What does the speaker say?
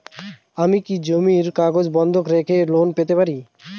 আমি কি জমির কাগজ বন্ধক রেখে লোন পেতে পারি?